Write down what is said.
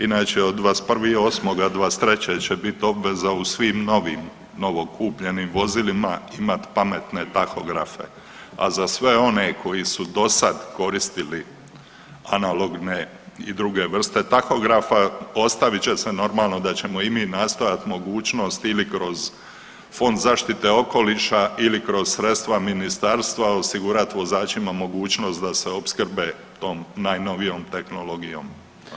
Inače od 21.8.2023. će biti obveza u svim novim, novokupljenim vozilima imati pametne tahografe a za sve one koji su do sad koristili analogne i druge vrste tahografa ostavit će se normalno da ćemo i mi nastojat mogućnost ili kroz Fond zaštite okoliša ili kroz sredstva ministarstva osigurati vozačima mogućnost da se opskrbe tom najnovijom tehnologijom.